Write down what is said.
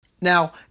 Now